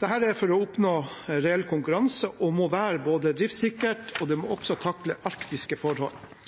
dette for å kunne oppnå reell konkurranse. Det må både være driftssikkert og takle arktiske forhold. Samtidig har utfordringen i saken vært at anbudet må